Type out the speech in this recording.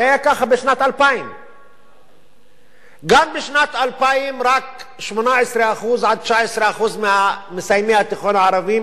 זה היה ככה בשנת 2000. גם בשנת 2000 רק 18% 19% ממסיימי התיכון הערבים